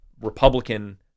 Republican